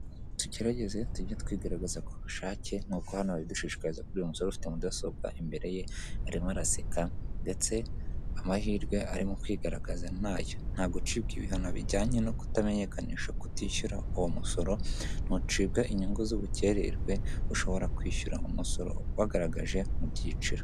Tugerageze tujye twigaragaza ku bushake nk'uko hano babidushishikariza kuri uyu musore ufite mudasobwa imbere ye, arimo araseka ndetse amahirwe arimo kwigaragaza ni aya: nta gucibwa ibihano bijyanye no kutamenyekanisha kutishyura uwo musoro, ntucibwa inyungu z'ubukererwe, ushobora kwishyura umusoro wagaragaje mu byiciro.